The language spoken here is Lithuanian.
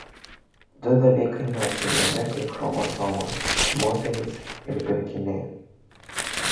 du dalykai neatsiejami kaip chromosomos moterys ir pirkiniai